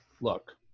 Look